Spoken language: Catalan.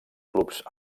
clubs